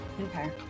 okay